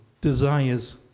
desires